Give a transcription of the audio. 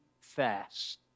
fast